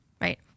right